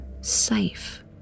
safe